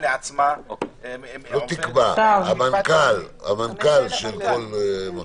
לא היא תקבע, המנכ"ל של כל מקום.